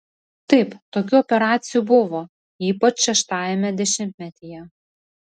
taip tokių operacijų buvo ypač šeštajame dešimtmetyje